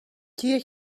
کیه